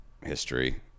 history